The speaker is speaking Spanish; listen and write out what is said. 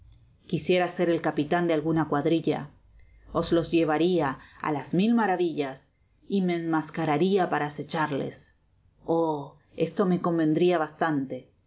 gravedadquisiera ser el capitan de alguna cuadrilla os los llevaria á las mil maravillas y me enmascararia para acecharles oh esto me convendria bastante